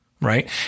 right